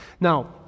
Now